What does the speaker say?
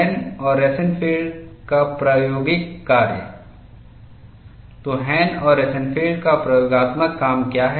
हैन और रोसेनफील्ड का प्रायोगिक कार्य तोहैनऔर रोसेनफील्ड का प्रयोगात्मक काम क्या है